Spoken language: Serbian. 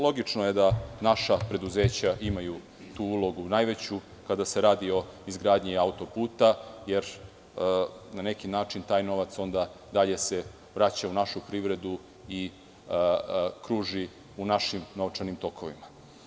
Logično je da naša preduzeća imaju tu najveću ulogu, kada se radi o izgradnji autoputa, jer na neki način taj novac se dalje vraća u našu privredu i kruži u našim novčanim tokovima.